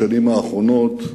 בשנים האחרונות,